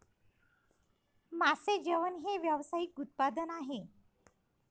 मासे जेवण हे व्यावसायिक उत्पादन आहे